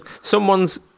someone's